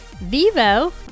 Vivo